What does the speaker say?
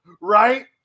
Right